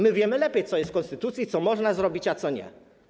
My wiemy lepiej, co jest w konstytucji, co można zrobić, a czego nie.